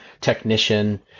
technician